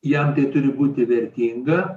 jam tai turi būti vertinga